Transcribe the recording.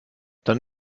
dann